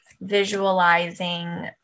visualizing